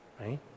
Right